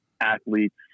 athletes